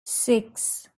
six